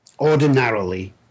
ordinarily